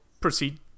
proceed